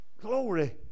Glory